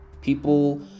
People